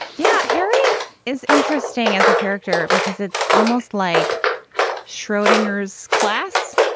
yeah, harriet is interesting as a character because it's almost like schrodinger's class.